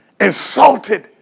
insulted